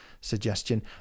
suggestion